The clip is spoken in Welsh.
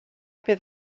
bydd